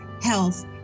health